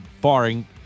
barring